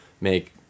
make